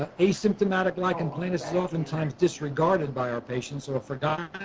ah asymptomatic lichen planus is oftentimes disregarded by our patients or forgotten.